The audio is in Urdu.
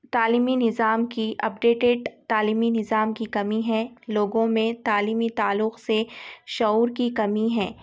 تعلیمی نظام کی اپڈیٹیڈ تعلیمی نظام کی کمی ہے لوگوں میں تعلیمی تعلق سے شعور کی کمی ہے